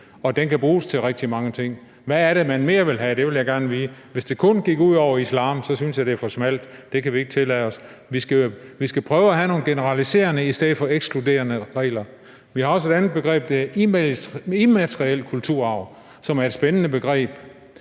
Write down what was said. den kan bruges til rigtig mange ting. Hvad er det, man mere vil have? Det vil jeg gerne vide. Hvis det kun går ud over islam, synes jeg, det er for smalt, og det kan vi ikke tillade os. Vi skal prøve at have nogle generaliserende i stedet for ekskluderende regler. Vi har også et andet begreb, der hedder immateriel kulturarv, som er et spændende begreb.